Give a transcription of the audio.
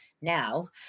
now